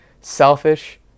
selfish